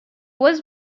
was